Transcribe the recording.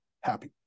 happy